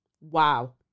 wow